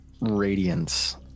Radiance